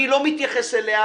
אני לא מתייחס אליה